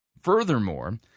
Furthermore